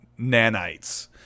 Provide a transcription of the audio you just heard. nanites